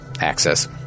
access